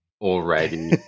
already